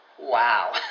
wow